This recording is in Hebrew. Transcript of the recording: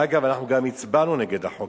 אגב, אנחנו גם הצבענו נגד החוק.